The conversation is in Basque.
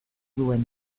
duen